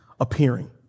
appearing